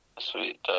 sweet